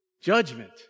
judgment